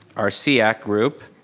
our seac group,